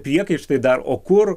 priekaištai dar o kur